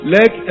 Let